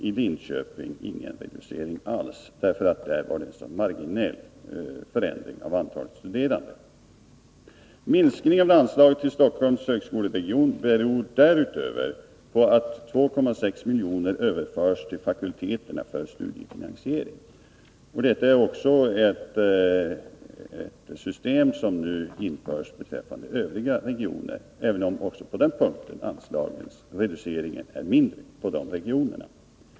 För Linköping blir det ingen reducering alls, eftersom det där rör sig om en så marginell förändring av antalet studerande. Minskningen av anslaget till Stockholms högskoleregion beror därutöver på att 2,6 miljoner överförs till fakulteterna för studiefinansiering. Det är ett system som nu införs också beträffande övriga regioner, även om anslagens reducering också på den punkten är mindre för de regionerna.